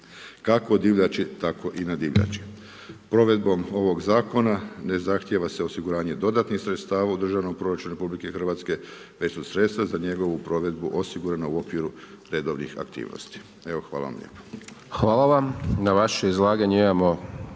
kako divljači tako i na divljači. Provedbom ovog zakona ne zahtjeva je osiguranje dodatnih sredstava u državnom proračunu RH već su sredstva za njegovu provedbu osigurana u okviru redovnih aktivnosti. Evo, hvala vam lijepa. **Hajdaš Dončić, Siniša